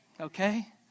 Okay